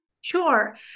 Sure